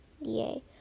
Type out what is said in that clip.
yay